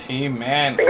amen